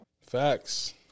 Facts